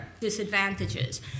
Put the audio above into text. disadvantages